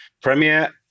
Premier